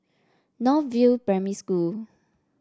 North View Primary School